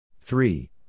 Three